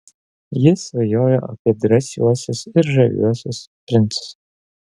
ji svajojo apie drąsiuosius ir žaviuosius princus